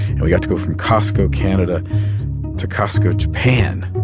and we had to go from costco canada to costco japan,